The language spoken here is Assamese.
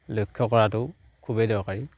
লক্ষ্য কৰাটো খুবেই দৰকাৰী